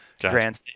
Grand